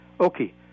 Okay